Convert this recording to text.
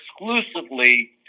exclusively